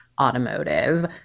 automotive